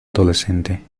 adolescente